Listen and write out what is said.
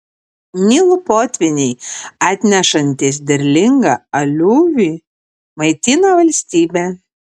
nilo potvyniai atnešantys derlingą aliuvį maitina valstybę